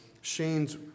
Shane's